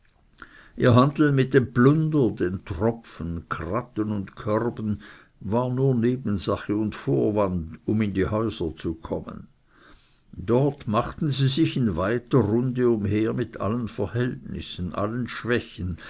ihr handel mit dem plunder den tropfen kratten und körben war nur nebensache und vorwand um in die häuser zu kommen dort machten sie sich in weiter runde umher mit allen verhältnissen allen schwächen